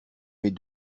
mes